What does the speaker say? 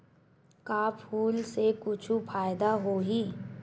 का फूल से कुछु फ़ायदा होही?